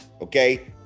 okay